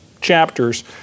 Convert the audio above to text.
chapters